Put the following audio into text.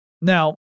Now